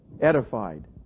edified